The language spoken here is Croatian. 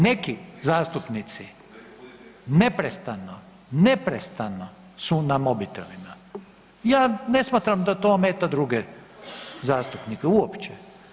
Neki zastupnici neprestano, neprestano su na mobitelima, ja ne smatram da to ometa druge zastupnike uopće.